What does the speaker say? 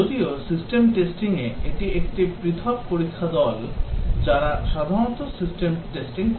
যদিও সিস্টেম টেস্টিংয়ে এটি একটি পৃথক পরীক্ষা দল যারা সাধারণত সিস্টেম টেস্টিং করে